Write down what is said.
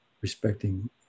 respecting